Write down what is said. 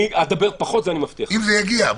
אני אדבר פחות, אני